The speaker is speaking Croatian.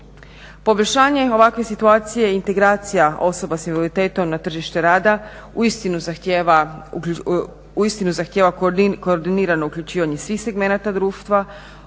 Poboljšanje ovakve situacije je integracija osoba s invaliditetom na tržište rada uistinu zahtjeva koordinirano uključivanje svih segmenata društva